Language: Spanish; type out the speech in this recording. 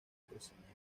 crecimiento